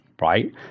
right